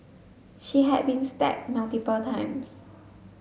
she had been stabbed multiple times